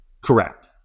Correct